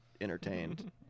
entertained